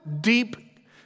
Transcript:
deep